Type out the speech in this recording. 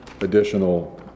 additional